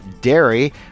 dairy